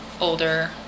older